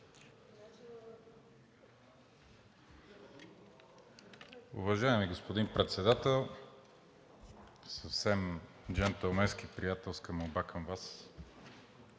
Уважаеми господин Председател, съвсем джентълменска и приятелска молба към Вас